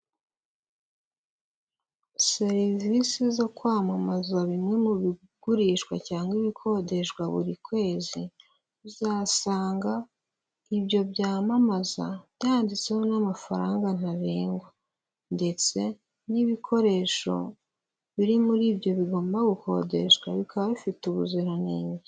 Serivisi zo kwamamaza bimwe mu bigurishwa cyangwa ibikodeshwa buri kwezi, uzasanga ibyo byamamaza byanditseho n'amafaranga ntarengwa, ndetse n'ibikoresho biri muri ibyo bigomba gukodeshwa bikaba bifite ubuziranenge.